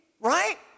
right